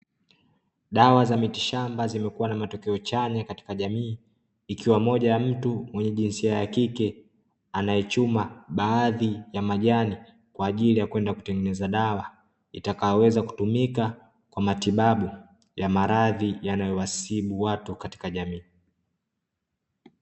Dawa za miti shamba zimekuwa na matokeo chanya katika jamii. Ikiwa moja ya mtu mwenye jinsia ya kike, anayechuma baadhi ya majani kwa ajili ya kwenda kutengeneza dawa itakayoweza kutumika kwa matibabu ya maradhi yanayowasibu watu katika jamii.